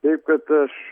taip kad aš